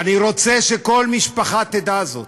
ואני רוצה שכל משפחה תדע זאת,